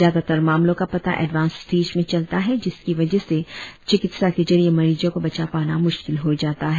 ज्यादातर मामलो का पता एडवांस स्टेज में चलता है जिसकी वजह से चिकित्सा के जरिए मरीजों को बचा पाना मुश्किल हो जाता है